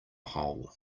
hole